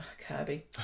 Kirby